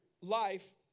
life